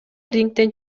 рингден